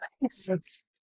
Nice